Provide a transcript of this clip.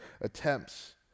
attempts